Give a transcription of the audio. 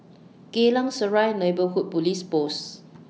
Geylang Serai Neighbourhood Police Post